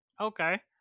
Okay